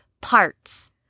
parts